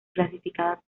clasificada